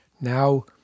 Now